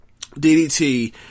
DDT